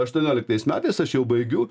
aštuonioliktais metais aš jau baigiu